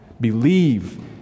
Believe